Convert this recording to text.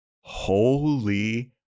holy